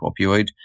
opioid